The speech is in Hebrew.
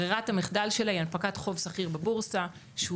ברירת המחדל שלה היא הנפקת חוב שכיר בבורסה שהוא